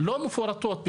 לא מפורטות.